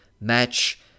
match